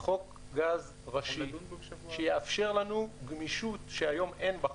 חוק גז ראשי, שיאפשר לנו גמישות שהיום אין בחוק.